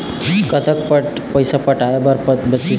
कतक पैसा पटाए बर बचीस हे?